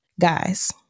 Guys